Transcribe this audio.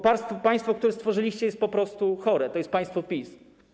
Państwo, które stworzyliście, jest po prostu chore, to jest państwo PiS.